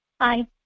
Hi